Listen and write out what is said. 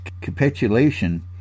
capitulation